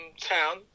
Town